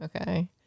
Okay